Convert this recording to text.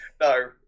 no